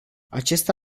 acesta